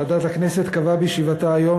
ועדת הכנסת קבעה בישיבתה היום,